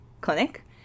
clinic